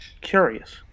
Curious